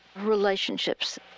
relationships